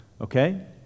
Okay